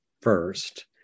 first